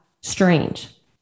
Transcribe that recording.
strange